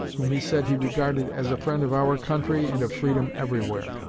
whom he said he regarded as a friend of our country and of freedom everywhere.